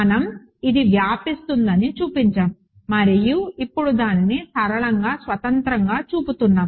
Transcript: మనం అది వ్యాపిస్తుందని చూపించాము మరియు ఇప్పుడు దానిని సరళంగా స్వతంత్రంగా చూపుతున్నాము